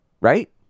right